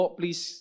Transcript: please